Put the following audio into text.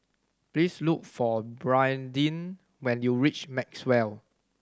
please look for Brandin when you reach Maxwell